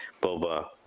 boba